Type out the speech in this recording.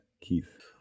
Keith